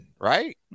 right